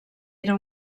era